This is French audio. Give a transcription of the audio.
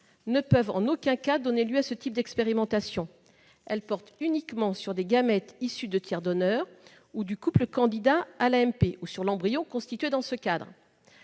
ne peuvent en aucun cas donner lieu à ce type d'expérimentation : elles portent uniquement sur des gamètes issus de donneurs tiers ou du couple candidat à l'AMP, ou sur l'embryon constitué dans ce cadre.